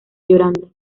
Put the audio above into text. llorando